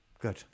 good